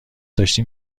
داشتم